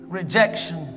rejection